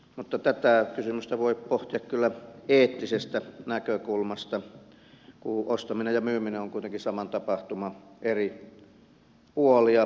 mutta tätä kysymystä voi pohtia kyllä eettisestä näkökulmasta kun ostaminen ja myyminen ovat kuitenkin saman tapahtuman eri puolia